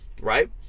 right